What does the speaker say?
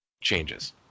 changes